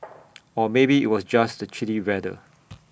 or maybe IT was just the chilly weather